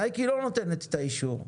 נייקי לא נותנת את האישור.